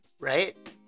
right